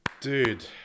dude